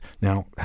Now